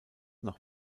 noch